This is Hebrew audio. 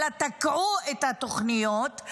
אלא תקעו את התוכניות,